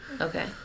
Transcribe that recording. Okay